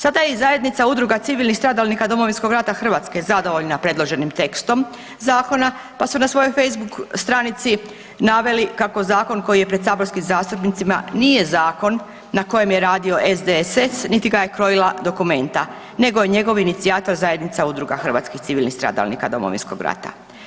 Sada je i zajednica Udruga civilnih stradalnika Domovinskog rata Hrvatske zadovoljna predloženim tekstom zakona, pa su na svojoj facebook stranici naveli kako zakon koji je pred saborskim zastupnicima nije zakon na kojem je radio SDSS niti ga je krojila Documenta nego je njegov inicijator Zajednica udruga hrvatskih civilnih stradalnika Domovinskog rata.